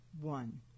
One